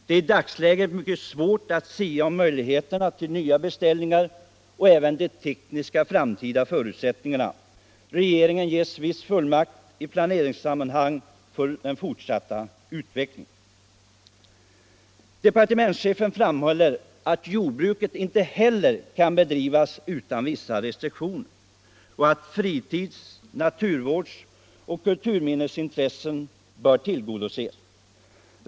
Det är i dagsläget mycket svårt att sia om möjligheterna till nya beställningar och även om de framtida tekniska förutsättningarna. Regeringen ges viss fullmakt i planeringssammanhang när det gäller den fortsatta utvecklingen. Departementschefen framhåller att inte heller jordbruket kan bedrivas utan vissa restriktioner och att fritids-, naturvårdsoch kulturminnesintressen bör tillgodoses.